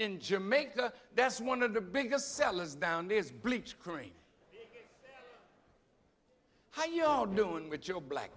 in jamaica that's one of the biggest sellers down there is bleach cream how ya doing with your black